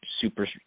super